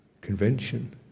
convention